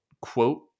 quote